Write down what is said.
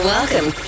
Welcome